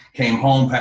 came home,